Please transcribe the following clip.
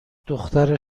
دختر